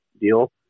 deal